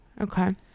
okay